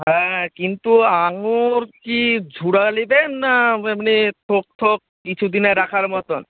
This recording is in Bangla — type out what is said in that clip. হ্যাঁ কিন্তু আঙুর কি ঝুরা নেবেন না এমনি থোক থোক কিছুদিনের রাখার মতন